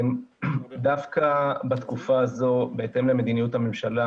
דווקא בתקופה הזו, בהתאם למדיניות הממשלה